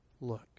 Look